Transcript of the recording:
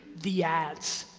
the ads,